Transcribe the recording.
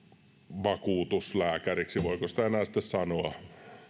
vakuutuslääkärille voiko sitä siksi enää sitten sanoa